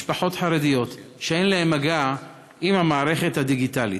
משפחות חרדיות, שאין להם מגע עם המערכת הדיגיטלית.